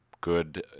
good